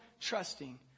trusting